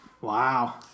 Wow